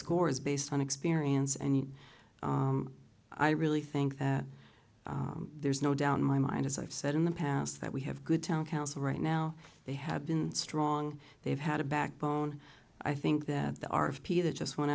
scores based on experience and i really think that there's no doubt in my mind as i've said in the past that we have good town council right now they have been strong they've had a backbone i think that the art of p that just went